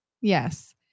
Yes